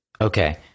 Okay